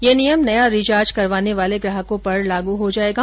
यह नियम नया रिचार्ज करवाने वाले ग्राहको पर लागू होगा